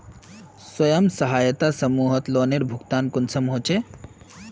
स्वयं सहायता समूहत लोनेर भुगतान कुंसम होचे?